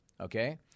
Okay